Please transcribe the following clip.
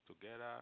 together